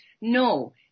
No